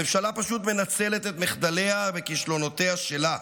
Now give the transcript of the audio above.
הממשלה פשוט מנצלת את מחדליה וכישלונותיה שלה,